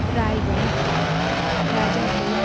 Raigad Rajapur